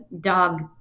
dog